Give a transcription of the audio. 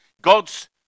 God's